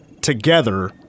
together